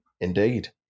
indeed